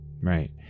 right